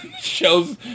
shows